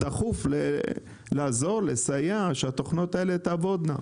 צריך בדחיפות לעזור ולסייע שהתוכנות האלה תעבודנה.